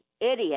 idiot